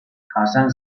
jasan